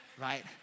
right